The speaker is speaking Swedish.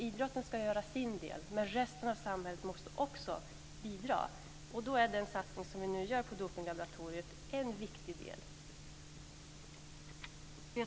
Idrotten ska göra sin del, men också resten av samhället måste bidra. Den satsning som vi nu gör på Dopinglaboratoriet är en viktig del i detta.